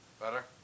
Better